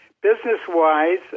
business-wise